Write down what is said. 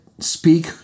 speak